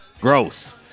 gross